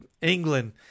England